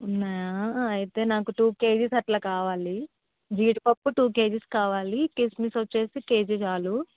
ఉన్నాయా అయితే నాకు టూ కేజీస్ అట్లా కావాలి జీడిపప్పు టూ కేజీస్ కావాలి కిస్మిస్ వచ్చేసి కేజీ చాలు